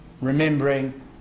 remembering